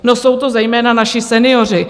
No jsou to zejména naši senioři.